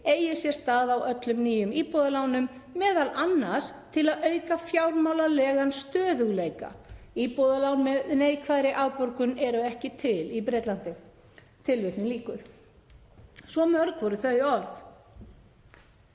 eigi sér stað á öllum nýjum íbúðalánum, m.a. til að auka fjármálalegan stöðugleika. Íbúðalán með neikvæðri afborgun eru ekki til í Bretlandi.“ Svo mörg voru þau orð.